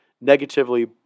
negatively